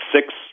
Six